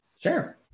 Sure